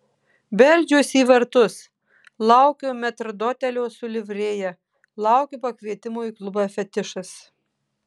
beldžiuosi į vartus laukiu metrdotelio su livrėja laukiu pakvietimo į klubą fetišas